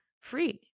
free